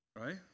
Right